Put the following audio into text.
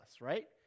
right